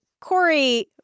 Corey